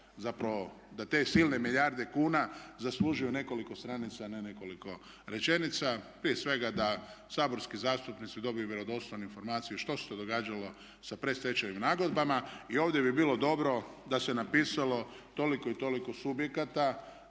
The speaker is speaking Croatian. zapravo da te silne milijarde kuna zaslužuju nekoliko stranica a ne nekoliko rečenica. Prije svega da saborski zastupnici dobiju vjerodostojnu informaciju što se to događalo sa predstečajnim nagodbama. I ovdje bi bilo dobro da se napisalo toliko i toliko subjekata,